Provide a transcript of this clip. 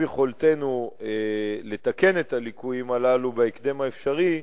יכולתנו לתיקון הליקויים הללו בהקדם האפשרי,